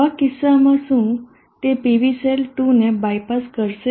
આવા કિસ્સામાં શું તે PV સેલ 2 ને બાયપાસ કરશે